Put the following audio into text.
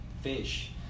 fish